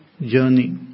journey